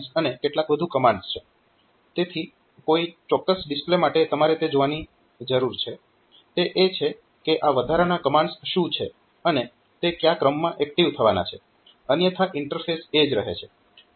તેથી કોઈ ચોક્કસ ડિસ્પ્લે માટે તમારે જે જોવાની જરૂર છે તે એ છે કે આ વધારાના કમાન્ડ્સ શું છે અને તે કયા ક્રમમાં એક્ટીવ થવાના છે અન્યથા ઈન્ટરફેસ એ જ રહે છે